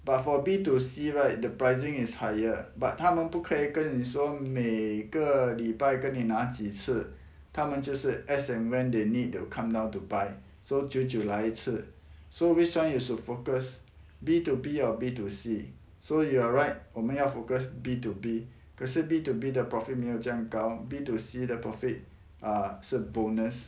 but for B two C right the pricing is higher but 他们不可以跟你说每个礼拜跟你拿几次他们就是 as and when they need they will come down to buy so 久久来一次 so which [one] you should focus B two B or B two C so you are right 我们要 focus B two B 可是 B two B 的 profit 没有这样高 B two C 的 profit ah 是 bonus